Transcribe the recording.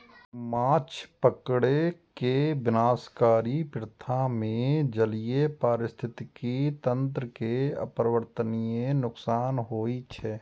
माछ पकड़ै के विनाशकारी प्रथा मे जलीय पारिस्थितिकी तंत्र कें अपरिवर्तनीय नुकसान होइ छै